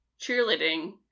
cheerleading